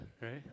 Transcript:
right